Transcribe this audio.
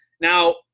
Now